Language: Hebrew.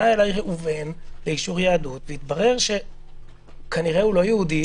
אליי ראובן לאישור יהדות והתברר שכנראה הוא לא יהודי.